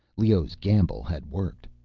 leoh's gamble had worked.